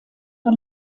von